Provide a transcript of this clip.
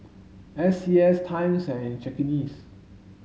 S C S Times and Cakenis